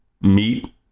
meat